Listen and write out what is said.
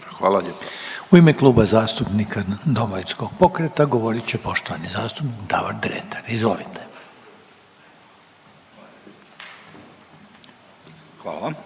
(HDZ)** U ime Kluba zastupnika Domovinskog pokreta govorit će poštovani zastupnik Davor Dretar, izvolite. **Dretar,